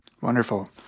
Wonderful